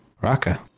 Raka